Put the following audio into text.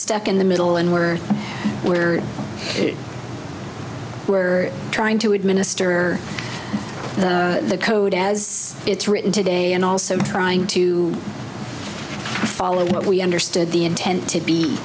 stuck in the middle and where where where trying to administer the code as it's written today and also trying to follow what we understood the intent to be